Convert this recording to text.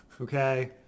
Okay